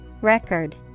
Record